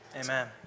Amen